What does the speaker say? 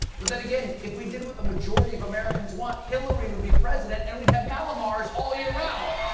but then again, if we did what the majority of americans want, hillary would be president, and we'd have mallomars all year round